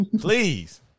Please